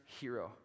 hero